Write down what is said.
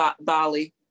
Bali